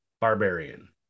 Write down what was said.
Barbarian